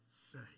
say